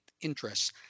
interests